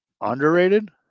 Underrated